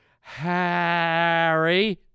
Harry